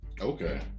okay